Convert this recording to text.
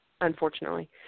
unfortunately